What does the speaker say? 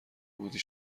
بودی